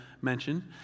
mention